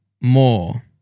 more